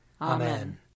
Amen